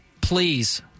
Please